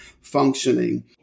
functioning